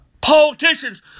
Politicians